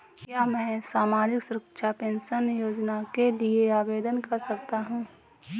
क्या मैं सामाजिक सुरक्षा पेंशन योजना के लिए आवेदन कर सकता हूँ?